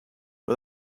but